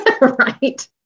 right